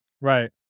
Right